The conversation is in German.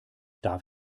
darf